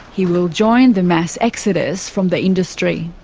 he will join the mass exodus from the industry.